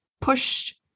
pushed